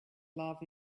love